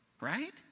right